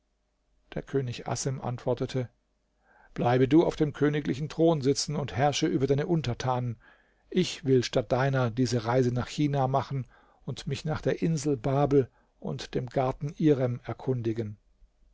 der könig assem antwortete bleibe du auf dem königlichen thron sitzen und herrsche über deine untertanen ich will statt deiner diese reise nach china machen und mich nach der insel babel und dem garten irem erkundigen